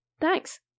Thanks